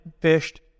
fished